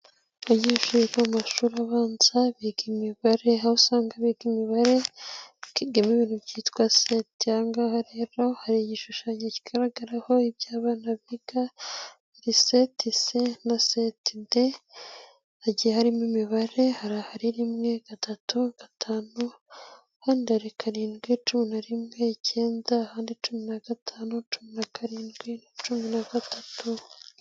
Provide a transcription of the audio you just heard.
Abanyeshuri bo mu mashuri abanza biga imibare, aho usanga biga imibare irimo ibintu byitwa seti, ahangaha rero hari igishushanyo kigaragaraho ibyo abana biga seti se na seti de hagiye harimo imibare, hari rimwe, gatatu, gatanu, karindwi, cumi na rimwe, icyenda, aha ni cumi na gatanu, cumi na karindwi, cumi na gatatu.